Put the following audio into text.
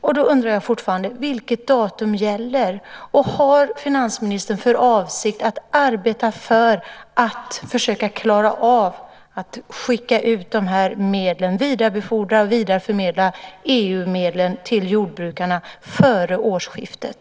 Därför undrar jag fortfarande: Vilket datum gäller? Har finansministern för avsikt att arbeta för att kunna skicka ut EU-medlen, att vidarebefordra och vidareförmedla dem, till jordbrukarna före årsskiftet?